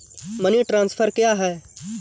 Money transfer क्या है?